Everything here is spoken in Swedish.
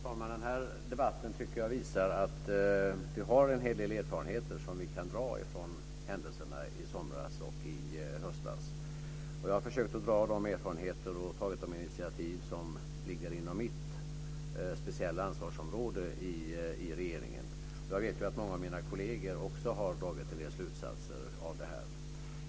Fru talman! Den här debatten visar att vi har en hel del erfarenheter som vi kan dra lärdom av från händelserna i somras och i höstas. Jag har försökt att dra lärdom av de erfarenheterna och ta de initiativ som ligger inom mitt speciella ansvarsområde i regeringen. Jag vet att många av mina kolleger också har dragit en del slutsatser av detta.